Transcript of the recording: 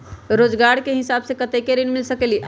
रोजगार के हिसाब से कतेक ऋण मिल सकेलि?